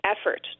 effort